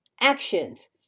actions